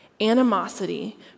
animosity